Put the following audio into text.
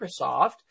Microsoft